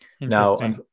Now